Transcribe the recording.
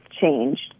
changed